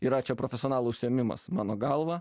ir ačo profesionalų užsiėmimas mano galva